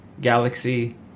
galaxy